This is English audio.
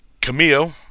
Camille